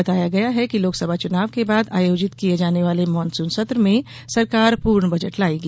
बताया गया है कि लोकसभा चुनाव के बाद आयोजित किये जाने वाले मानसून सत्र में सरकार पूर्ण बजट लायेगी